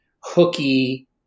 hooky